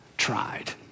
Tried